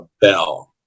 bell